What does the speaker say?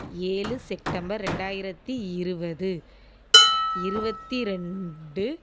ஏழு செக்டம்பர் ரெண்டாயிரத்து இருபது இருபத்தி ரெண்டு